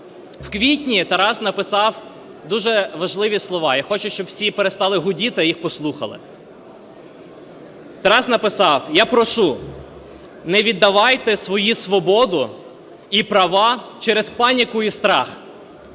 В квітні Тарас написав дуже важливі слова. Я хочу, щоб всі перестали гудіти, а їх послухали. Тарас написав: "Я прошу, не віддавайте свої свободу і права через паніку і страх,